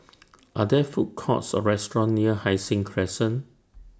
Are There Food Courts Or restaurants near Hai Sing Crescent